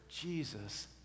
Jesus